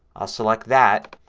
select that.